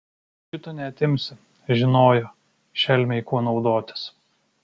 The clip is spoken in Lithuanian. šito neatimsi žinojo šelmiai kuo naudotis